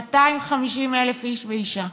250,000 איש ואישה.